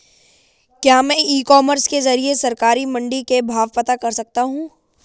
क्या मैं e commerce के ज़रिए सरकारी मंडी के भाव पता कर सकता हूँ?